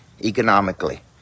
economically